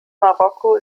marokko